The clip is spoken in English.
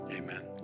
amen